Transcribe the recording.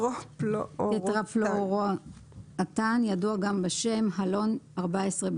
1.1.2.2 טטרפלואורואתן (ידוע גם בשם (Halon 14B2;